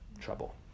trouble